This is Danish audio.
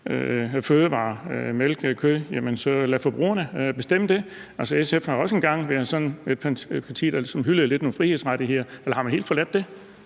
overveje at sige: Lad forbrugerne bestemme det? SF har også en gang været et parti, der ligesom lidt hyldede nogle frihedsrettigheder, men har man helt forladt det?